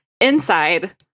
inside